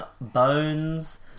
bones